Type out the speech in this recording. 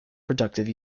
productive